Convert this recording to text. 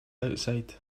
outside